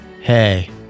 Hey